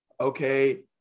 okay